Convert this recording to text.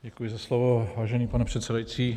Děkuji za slovo, vážený pane předsedající.